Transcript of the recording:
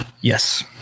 Yes